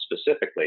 specifically